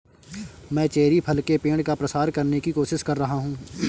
मैं चेरी फल के पेड़ का प्रसार करने की कोशिश कर रहा हूं